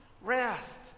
Rest